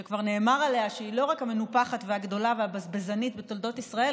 שכבר נאמר עליה שהיא לא רק המנופחת והגדולה והבזבזנית בתולדות ישראל,